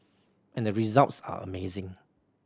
and the results are amazing